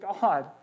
God